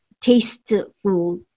tasteful